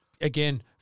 again